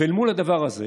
ואל מול הדבר הזה